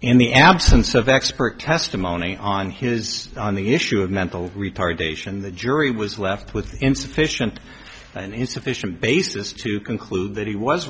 in the absence of expert testimony on his on the issue of mental retardation the jury was left with insufficient and insufficient basis to conclude that he was